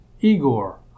Igor